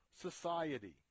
society